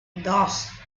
dos